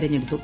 തെരഞ്ഞെടുത്തു